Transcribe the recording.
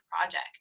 project